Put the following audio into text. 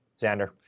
Xander